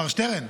מר שטרן,